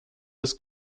das